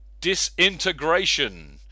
Disintegration